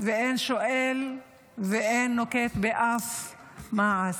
ואין שואל ואין נוקט אף מעש.